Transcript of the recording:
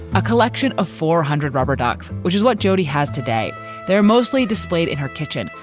a collection of four hundred rubber ducks, which is what jodi has today they're mostly displayed in her kitchen.